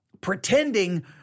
Pretending